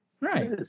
Right